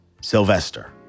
Sylvester